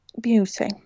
Beauty